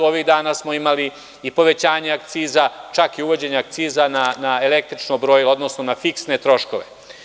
Ovih dana smo imali i povećanja akciza, čak i uvođenje akciza na električno brojilo, odnosno na fiksne troškove.